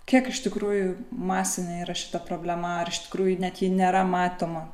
kiek iš tikrųjų masinė yra šita problema ar iš tikrųjų net ji nėra matoma